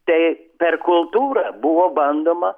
tai per kultūrą buvo bandoma